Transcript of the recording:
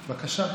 בבקשה.